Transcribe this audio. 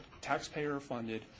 taxpayer-funded